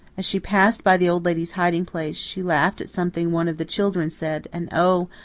as she passed by the old lady's hiding place she laughed at something one of the children said and oh,